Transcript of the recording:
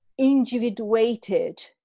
individuated